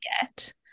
get